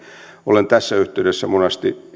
olen tässä yhteydessä monasti